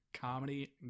comedy